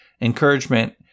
encouragement